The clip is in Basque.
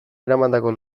eramandako